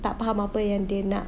tak faham apa yang dia nak